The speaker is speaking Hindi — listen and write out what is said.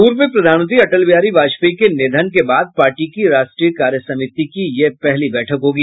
पूर्व प्रधानमंत्री अटल बिहारी वाजपेयी के निधन के बाद पार्टी की राष्ट्रीय कार्यसमिति की यह पहली बैठक होगी